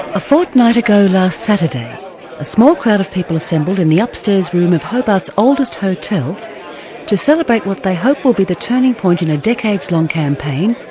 a fortnight ago last saturday a small crowd of people assembled in the upstairs room of hobart's oldest hotel to celebrate what they hope will be the turning point in a decades-long campaign,